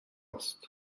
است